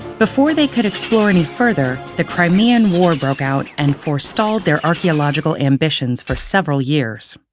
before they could explore any further, the crimean war broke out and forestalled their archaeological ambitions for several years.